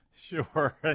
Sure